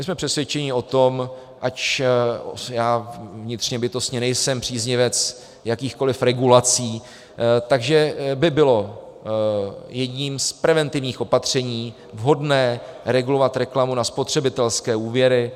My jsme přesvědčeni o tom, ač já vnitřně bytostně nejsem příznivec jakýchkoli regulací, že by bylo jedním z preventivních opatření vhodné regulovat reklamu na spotřebitelské úvěry.